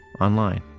online